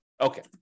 okay